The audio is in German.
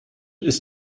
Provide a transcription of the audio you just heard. ist